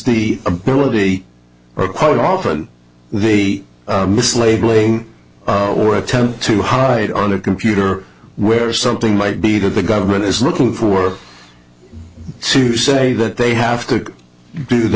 the ability or quite often the mislabeling or attempt to hide on their computer where something might be that the government is looking for to say that they have to do the